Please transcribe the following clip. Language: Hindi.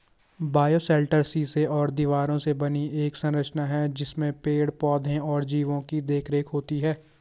बायोशेल्टर शीशे और दीवारों से बनी एक संरचना है जिसमें पेड़ पौधे और जीवो की देखरेख होती है